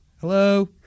Hello